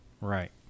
Right